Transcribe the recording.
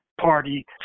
party